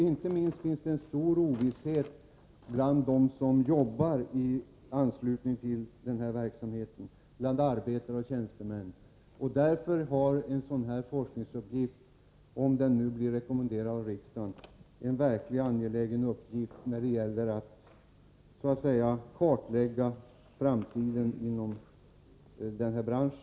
Inte minst finns det en stor ovisshet bland de arbetare och tjänstemän som är sysselsatta på detta område. Om riksdagen nu uttalar att denna forskning bör komma till stånd, är det en verkligt angelägen uppgift som kommer att kunna genomföras: en kartläggning av framtiden inom denna bransch.